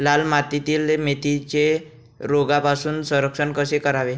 लाल मातीतील मेथीचे रोगापासून संरक्षण कसे करावे?